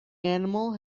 animal